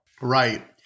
Right